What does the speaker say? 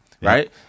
Right